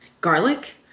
garlic